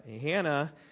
hannah